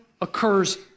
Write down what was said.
occurs